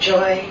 Joy